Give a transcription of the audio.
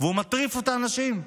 והוא מטריף את האנשים.